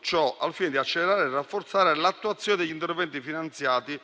ciò al fine di accelerare e rafforzare l'attuazione degli interventi finanziati